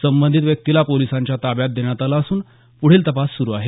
संबंधित व्यक्तीला पोलिसांच्या ताब्यात देण्यात आलं असून पुढील तपास सुरू आहे